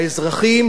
האזרחים,